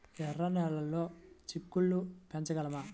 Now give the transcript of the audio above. ఎర్ర నెలలో చిక్కుళ్ళు పెంచగలమా?